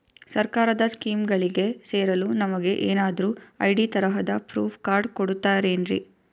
ಸರ್ಕಾರದ ಸ್ಕೀಮ್ಗಳಿಗೆ ಸೇರಲು ನಮಗೆ ಏನಾದ್ರು ಐ.ಡಿ ತರಹದ ಪ್ರೂಫ್ ಕಾರ್ಡ್ ಕೊಡುತ್ತಾರೆನ್ರಿ?